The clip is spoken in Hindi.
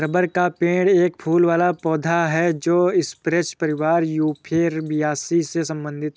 रबर का पेड़ एक फूल वाला पौधा है जो स्परेज परिवार यूफोरबियासी से संबंधित है